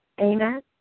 Amen